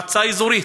מועצה אזורית,